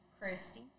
Christy